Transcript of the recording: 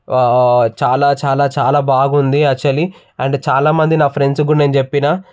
చాలా చాలా చాలా బాగుంది చలి అండ్ చాలా మంది నా ఫ్రెండ్స్కు కూడా నేను చెప్పిన